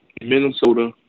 Minnesota